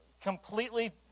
completely